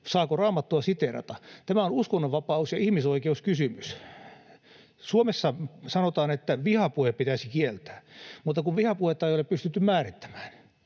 saako Raamattua siteerata. Tämä on uskonnonvapaus- ja ihmisoikeuskysymys. Suomessa sanotaan, että vihapuhe pitäisi kieltää, mutta vihapuhetta ei ole pystytty määrittämään.